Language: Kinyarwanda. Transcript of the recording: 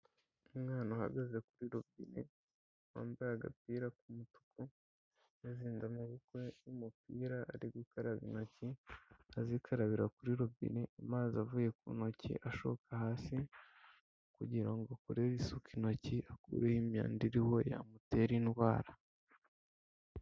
Umwana uhagaze kuri robine, wambaye agapira ku mutuku, yazinze amaboko y'umupira, ari gukaraba intoki, azikarabira kuri robine, amazi avuye ku ntoki ashoka hasi kugira ngo akorere isuku intoki, akureho imyanda iriho yamutera indwara.